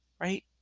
right